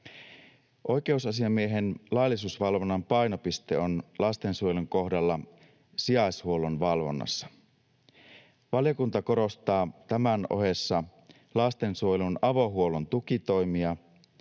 Oikeusasiamiehen laillisuusvalvonnan painopiste on lastensuojelun kohdalla sijaishuollon valvonnassa. Valiokunta korostaa tämän ohessa lastensuojelun avohuollon tukitoimia